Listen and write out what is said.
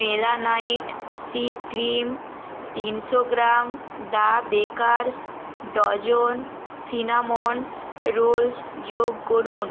melanite C cream তিনশো gram the bakers dozen cinnamon rolls যোগ করুন